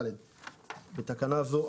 בתקנה זו,